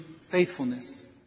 faithfulness